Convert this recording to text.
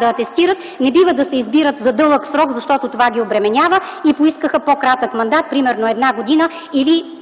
да атестират по места, не бива да се избират за дълъг срок, защото това ги обременява. Поискаха по-кратък мандат – примерно една година или